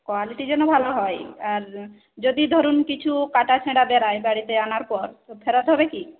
quality যেন ভালো হয় আর যদি ধরুন কিছু কাটাছেঁড়া বেরোয় বাড়িতে আনার পর তো ফেরত হবে কি